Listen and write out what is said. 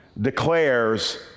declares